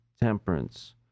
temperance